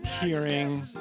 hearing